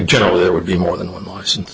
generally there would be more than one license